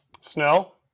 Snell